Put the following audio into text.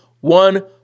one